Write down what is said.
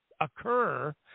occur